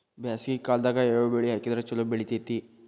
ಬ್ಯಾಸಗಿ ಕಾಲದಾಗ ಯಾವ ಬೆಳಿ ಹಾಕಿದ್ರ ಛಲೋ ಬೆಳಿತೇತಿ?